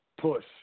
Push